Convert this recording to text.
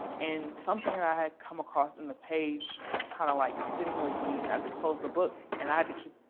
and something that i had come across on and the page was kind of like sitting with me. and i had to close the book and i had to keep